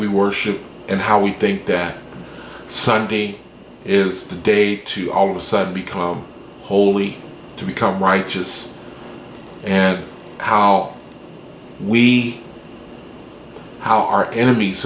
we worship and how we think that sunday is the day to all of a sudden become holy to become righteous and how we how are enemies